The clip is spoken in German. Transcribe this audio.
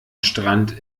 strand